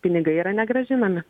pinigai yra negrąžinami